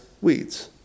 weeds